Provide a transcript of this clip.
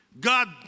God